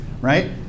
right